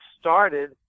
started